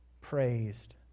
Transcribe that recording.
praised